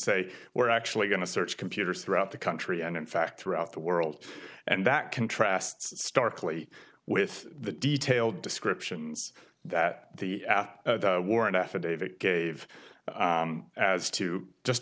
say we're actually going to search computers throughout the country and in fact throughout the world and that contrasts starkly with the detailed descriptions that the warrant affidavit gave as to just